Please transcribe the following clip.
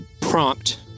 prompt